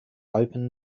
open